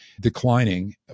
declining